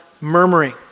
murmuring